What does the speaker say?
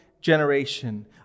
generation